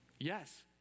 Yes